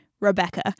Rebecca